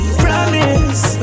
promise